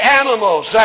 animals